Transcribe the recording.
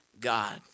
God